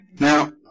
Now